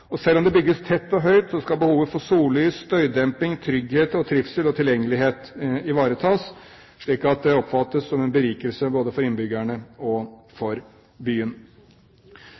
Selv om det bygges tett og høyt, skal behovet for sollys, støydemping, trygghet, trivsel og tilgjengelighet ivaretas, slik at det oppfattes som en berikelse både for innbyggerne og for byen.